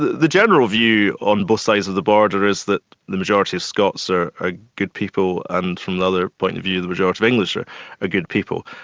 the the general view on both sides of the border is that the majority of scots are ah good people and, from the other point of view, the majority of english are good people.